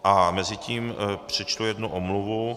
A mezitím přečtu jednu omluvu.